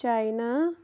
China